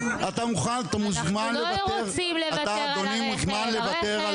אתה מוכן אתה מוזמן לוותר על הרכב.